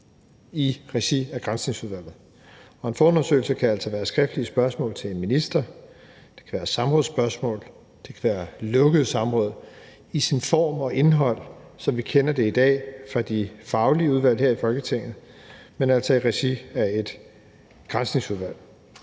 i regi af Granskningsudvalget. En forundersøgelse kan altså være skriftlige spørgsmål til en minister, det kan være samrådsspørgsmål, det kan være lukkede samråd i form og med indhold, som vi kender det i dag fra de faglige udvalg her i Folketinget, men altså i regi af et Granskningsudvalg.